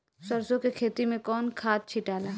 सरसो के खेती मे कौन खाद छिटाला?